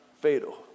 fatal